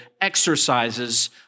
exercises